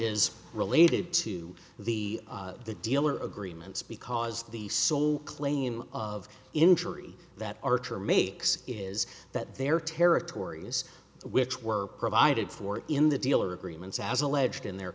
is related to the the dealer agreements because the sole claim of injury that archer makes is that their territories which were provided for in the dealer agreements as alleged in their